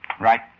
Right